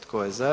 Tko je za?